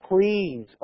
Please